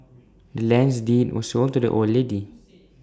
the land's deed was sold to the old lady